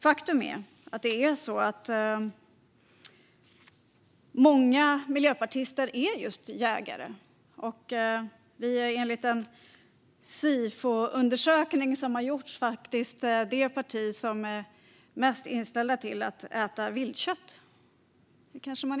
Faktum är att många miljöpartister är jägare, och enligt en Sifoundersökning är vi det parti där flest är positivt inställda till att äta viltkött.